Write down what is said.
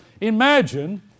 Imagine